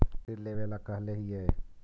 फिर लेवेला कहले हियै?